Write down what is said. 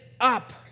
up